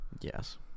Yes